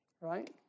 Right